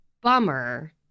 Bummer